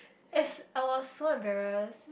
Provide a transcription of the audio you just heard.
as I was so embarrassed